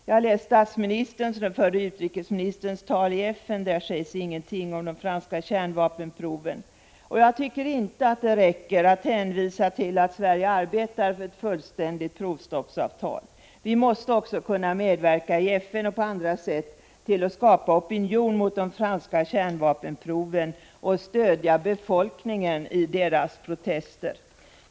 Jag har läst statsministerns och förre utrikesministerns tal i FN, men där sägs ingenting om de franska kärnvapenproven. Jag tycker inte att det räcker att man hänvisar till att Sverige arbetar för ett fullständigt provstoppsavtal. Vi måste också kunna medverka i FN och på andra sätt för att skapa opinion mot de franska kärnvapenproven och stödja befolkningen i dess protester.